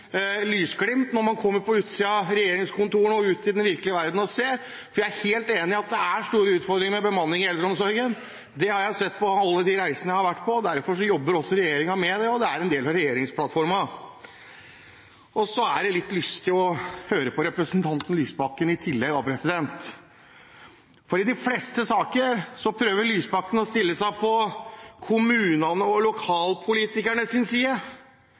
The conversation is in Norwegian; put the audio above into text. lysglimt for en når en kommer på utsiden av regjeringskontorene og ut i den virkelige verdenen og ser seg om, for jeg er helt enig i at det er store utfordringer med bemanningen i eldreomsorgen. Det har jeg sett på alle de reisene jeg har vært på, og derfor jobber regjeringen med det, og det er en del av regjeringsplattformen. Det er litt lystig å høre på representanten Lysbakken, for i de fleste saker prøver Lysbakken å stille seg på kommunenes og lokalpolitikernes side